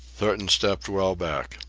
thornton stepped well back.